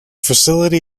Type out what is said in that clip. facility